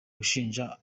gushinja